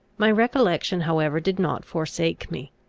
my recollection however did not forsake me.